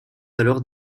alors